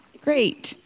Great